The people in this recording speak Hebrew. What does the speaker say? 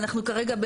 ואנחנו כרגע,